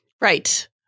Right